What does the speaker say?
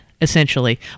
essentially